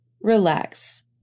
Relax